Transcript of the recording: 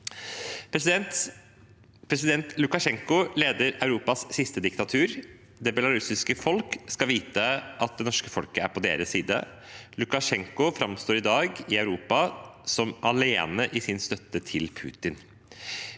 President Lukasjenko leder Europas siste diktatur. Det belarusiske folk skal vite at det norske folket er på deres side. Lukasjenko framstår i dag i Europa som alene i sin støtte til Putin.